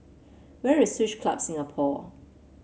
where is Swiss Club Singapore